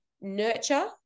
nurture